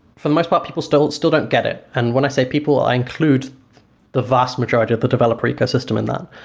for the most part people still still don't get it. and when i say people, i include the vast majority of the developer ecosystem in that.